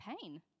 pain